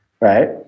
right